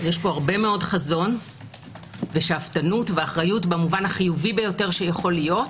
יש פה הרבה מאוד חזון ושאפתנות ואחריות במובן החיובי ביותר שיכול להיות,